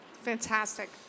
Fantastic